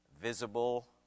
visible